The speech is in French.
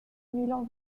milan